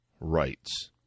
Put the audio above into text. rights